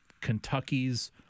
Kentuckys